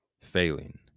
failing